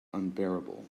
unbearable